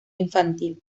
infantil